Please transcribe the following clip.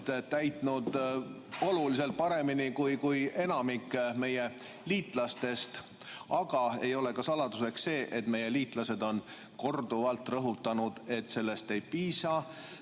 täitnud oluliselt paremini kui enamik meie liitlastest. Aga ei ole saladuseks see, et meie liitlased on korduvalt rõhutanud, et sellest ei piisa,